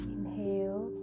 Inhale